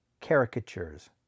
Caricatures